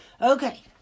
Okay